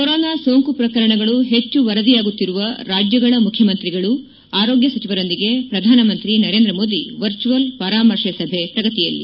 corona ಸೋಂಕು ಪ್ರಕರಣಗಳು ಹೆಚ್ಚು ವರದಿಯಾಗುತ್ತಿರುವ ರಾಜ್ಯಗಳ ಮುಖ್ಯಮಂತ್ರಿಗಳು ಆರೋಗ್ಯ ಸಚಿವರೊಂದಿಗೆ ಪ್ರಧಾನ ಮಂತ್ರಿ ನರೇಂದ್ರಮೋದಿ ವರ್ಚುವಲ್ ಪರಾಮರ್ತೆ ಸಭೆ ಪ್ರಗತಿಯಲ್ಲಿ